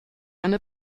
eine